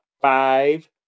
five